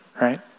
right